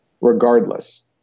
regardless